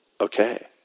okay